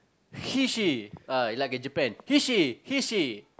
he she ah like a Japan he she he she